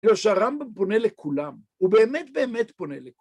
שהרמב"ם פונה לכולם, הוא באמת באמת פונה לכולם.